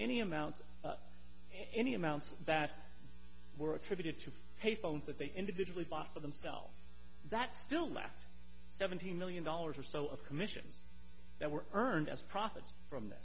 any amounts any amounts that were attributed to pay phones that they individually buy for themselves that still left seventeen million dollars or so of commissions that were earned as profits from th